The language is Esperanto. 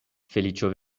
feliĉo